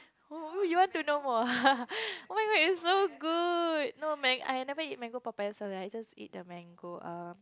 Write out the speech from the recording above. oh you want to know more oh-my-god it's so good no man I have never eat mango papaya salad just eat the mango um